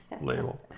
label